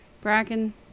Bracken